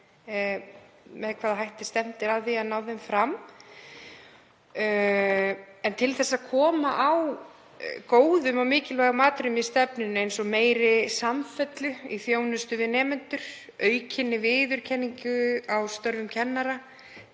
með hvaða hætti stefnt sé að því að ná þeim fram. Til að koma á góðum og mikilvægum atriðum í stefnunni, eins og meiri samfellu í þjónustu við nemendur, aukinni viðurkenningu á störfum kennara,